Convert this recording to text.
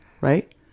Right